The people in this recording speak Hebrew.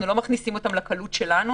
אנחנו לא מכניסים אותם בשביל שיהיה לנו קל,